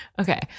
Okay